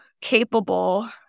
capable